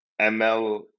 ML